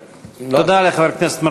תודה לחבר הכנסת מרגלית.